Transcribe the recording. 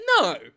No